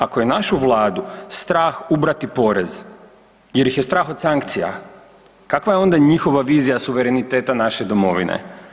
Ako je našu Vladu strah ubrati porez jer ih je strah od sankcija, kakva je onda njihova vizija suvereniteta naše domovine?